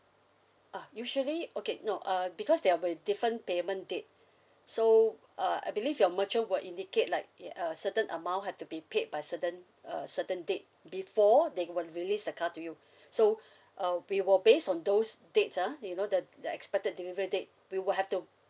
ah usually okay no uh because they'll be different payment date so uh I believe your merchant will indicate like a a certain amount had to be paid by certain a certain date before they will release the car to you so uh we will based on those dates ah you know the the expected delivery date we will have to